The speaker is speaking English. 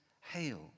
Hail